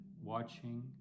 watching